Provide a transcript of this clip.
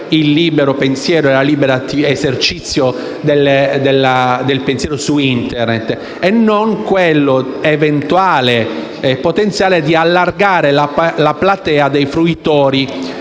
il libero pensiero e il libero esercizio del pensiero su Internet, e non quello, eventuale e potenziale, di allargare la platea dei fruitori